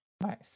Nice